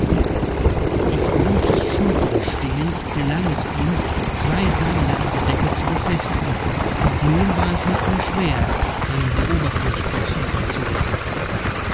auf grunthes schultern stehend gelang es ihm zwei seile an der decke zu befestigen und nun war es nicht mehr schwer einen beobachtungsposten einzurichten